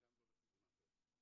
וגם לא לכיוון האחר.